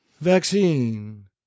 vaccine